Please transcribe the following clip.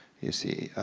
you see,